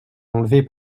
enlever